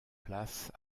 place